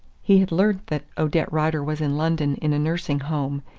he had learnt that odette rider was in london in a nursing home,